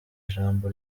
ijambo